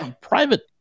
private